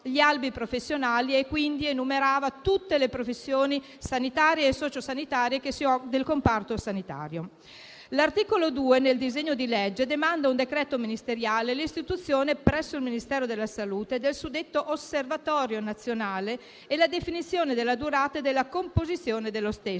L'articolo 2 del disegno di legge demanda a un decreto ministeriale l'istituzione, presso il Ministero della salute, del suddetto Osservatorio nazionale e la definizione della durata e della composizione dello stesso.